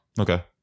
okay